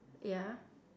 ya